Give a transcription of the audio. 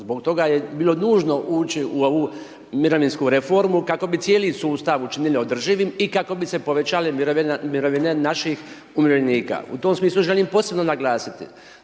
Zbog toga je bilo nužno ući u ovu mirovinsku reformu, kako bi cijeli sustav učinili održivim i kako bi se povećala mirovina naših umirovljenika. U tom smislu želim posebno naglasiti